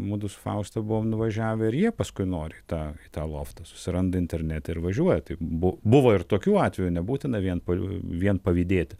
mudu su fauste buvome nuvažiavę ir jie paskui nori tą tą loftą susiranda internete ir važiuoja taip bu buvo ir tokių atvejų nebūtina vien pa vien pavydėti